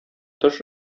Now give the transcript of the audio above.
тыш